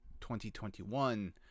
2021